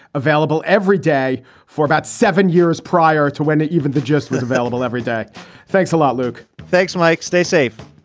available every day for about seven years prior to when it even just was available every day thanks a lot, luke. thanks, mike. stay safe